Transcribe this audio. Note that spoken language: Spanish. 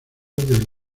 del